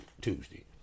Tuesday